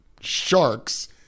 sharks